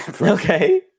Okay